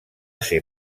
ser